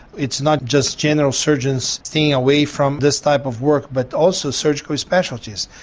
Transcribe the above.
it's not just general surgeons staying away from this type of work but also surgical specialities.